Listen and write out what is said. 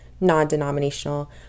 non-denominational